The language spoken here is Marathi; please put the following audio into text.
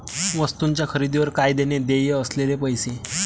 वस्तूंच्या खरेदीवर कायद्याने देय असलेले पैसे